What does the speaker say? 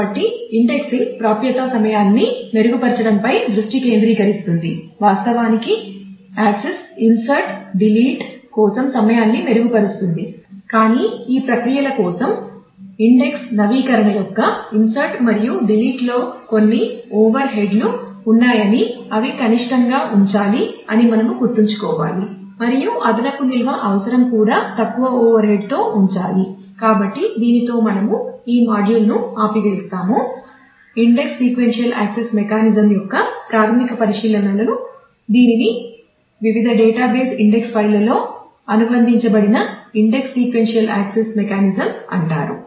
కాబట్టి ఇండెక్సింగ్ అంటారు